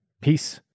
Peace